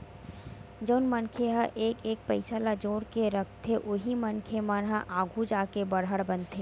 जउन मनखे ह एक एक पइसा ल जोड़ जोड़ के रखथे उही मनखे मन ह आघु जाके बड़हर बनथे